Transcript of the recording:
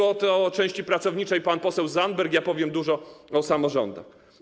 O części pracowniczej mówił pan poseł Zandberg, ja powiem dużo o samorządach.